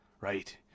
right